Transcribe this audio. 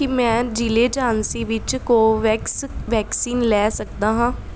ਕੀ ਮੈਂ ਜ਼ਿਲ੍ਹੇ ਝਾਂਸੀ ਵਿੱਚ ਕੋਵੈਕਸ ਵੈਕਸੀਨ ਲੈ ਸਕਦਾ ਹਾਂ